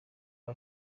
aba